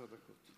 עשר דקות.